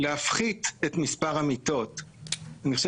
הוא יכול למצוא את התקציב הזה להפחית את מספר המיטות.